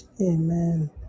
amen